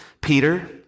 Peter